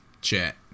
chat